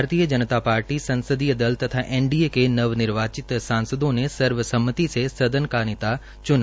भारतीय जनता पार्टी के संसदीय दल तथा एनडीए के नवनिर्वाचित सांसदों ने सर्वसम्मति से सदन का नेता चुना